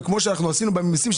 וכמו שעשינו בממיסים,